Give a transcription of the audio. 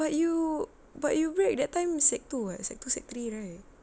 but you but you break that time sec two [what] sec two sec three right